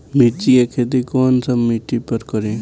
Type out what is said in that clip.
मिर्ची के खेती कौन सा मिट्टी पर करी?